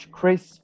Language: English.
Chris